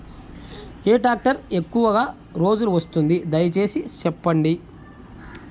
ఏ tractor ఎక్కువగా రోజులు వస్తుంది, దయసేసి చెప్పండి?